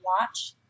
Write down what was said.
watch